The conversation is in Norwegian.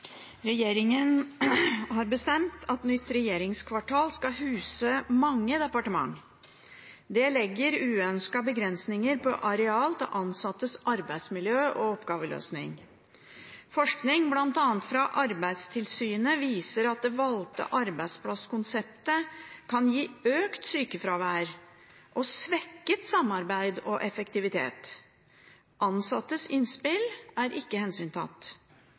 oppgaveløsning. Forskning bl.a. fra Arbeidstilsynet viser at det valgte arbeidsplasskonseptet kan gi økt sykefravær og svekket samarbeid og effektivitet. Ansattes innspill er ikke hensyntatt.